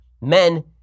men